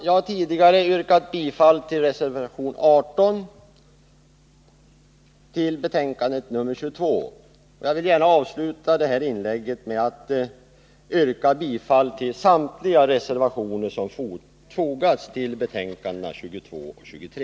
Jag har tidigare yrkat bifall till reservation 18 till betänkande 22. Jag vill gärna avsluta det här inlägget med att yrka bifall till samtliga reservationer som fogats till betänkandena 22 och 23.